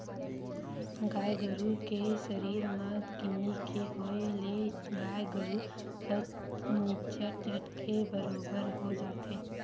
गाय गरु के सरीर म किन्नी के होय ले गाय गरु ह निच्चट झटके बरोबर हो जाथे